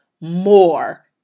more